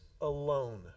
alone